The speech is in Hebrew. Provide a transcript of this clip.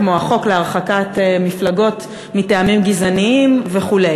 כמו "החוק להרחקת מפלגות מטעמים גזעניים" וכו'.